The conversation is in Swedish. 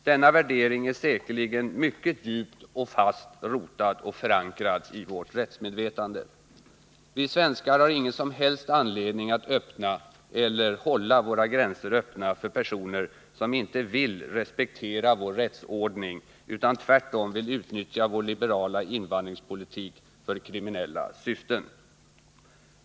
Denna värdering är säkerligen mycket djupt rotad och fast förankrad i vårt rättsmedvetande. Vi svenskar har ingen som helst anledning att öppna våra gränser — eller hålla våra gränser öppna — för personer som inte vill respektera vår rättsordning utan tvärtom vill utnyttja vår liberala invandringspolitik för kriminella syften.